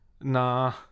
Nah